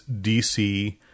DC